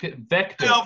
Vector